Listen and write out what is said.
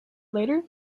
later